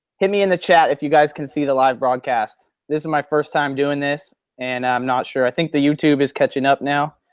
hit me in the chat if you guys can see the live broadcast. this is my first time doing this and i'm not sure. i think the youtube is catching up now.